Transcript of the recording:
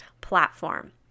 platform